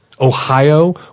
Ohio